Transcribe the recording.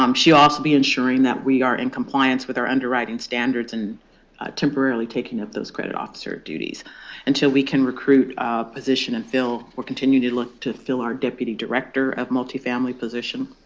um she also will be ensuring that we are in compliance with our underwriting standards and temporarily taking up those credit officer duties until we can recruit um position and fill. we'll continue to look to fill our deputy director of multifamily position.